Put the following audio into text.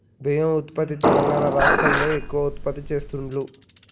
బియ్యం ఉత్పత్తి తెలంగాణా రాష్ట్రం లో ఎక్కువ ఉత్పత్తి చెస్తాండ్లు